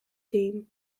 team